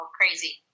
crazy